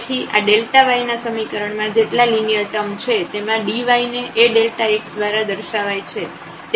તેથી આ y ના સમીકરણ માં જેટલા લિનિયર ટર્મ છે તેમાં dy ને AΔx દ્વારા દર્શાવાય છે